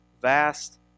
vast